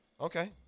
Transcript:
Okay